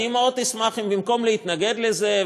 אני מאוד אשמח אם במקום להתנגד לזה,